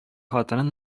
хатынын